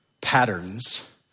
patterns